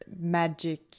magic